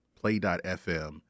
Play.fm